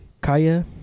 Kaya